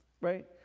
right